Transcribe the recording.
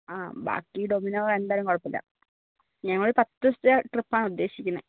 ആ ബാക്കി ഡൊമിനോ എന്തായാലും കുഴപ്പമില്ല ഞങ്ങൾ പത്ത് ദിവസത്തെ ട്രിപ്പ് ആണ് ഉദ്ദേശിക്കുന്നത്